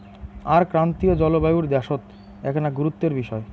আর ক্রান্তীয় জলবায়ুর দ্যাশত এ্যাকনা গুরুত্বের বিষয়